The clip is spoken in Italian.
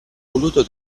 evoluto